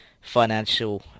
financial